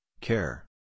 care